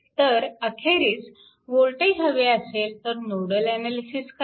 तर अखेरीस वोल्टेज हवे असेल तर नोडल अनालिसिस करा